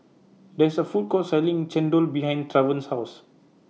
There IS A Food Court Selling Chendol behind Travon's House